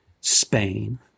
Spain